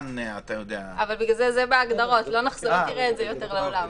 להלן --- לכן זה בהגדרות לא תראה את זה יותר לעולם.